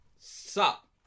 sup